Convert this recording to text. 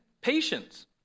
Patience